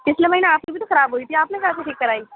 پچھلے مہینے آپ کی بھی تو خراب ہوئی تھی آپ نے کہاں سے ٹھیک کرائی